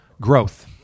growth